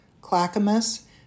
Clackamas